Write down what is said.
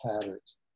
patterns